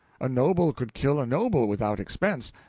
a noble could kill a noble without expense,